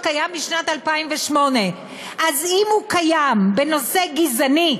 קיים משנת 2008. אז אם הוא קיים בנושא גזעני,